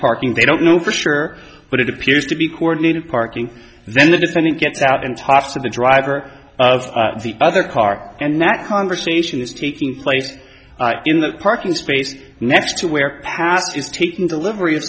parking they don't know for sure but it appears to be coordinated parking then the defendant gets out and talks of the driver of the other car and that conversation is taking place in the parking space next to where past is taking delivery of